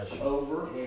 over